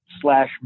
slash